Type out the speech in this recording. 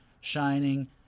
Shining